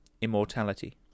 immortality